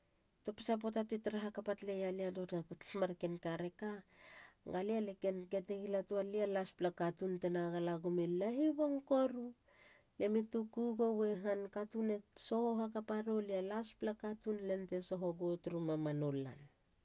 Topisa puata ti tara hakapa talaya lia nona mats marken ka reka. galia. lie ken ketegi latu. lia laspla katun tena gala gumi lahi bong koru. Lemi tuku gowe han. katun e soho hakapa rou. lia laspla katun len te soho gou. Turu mamanu lan.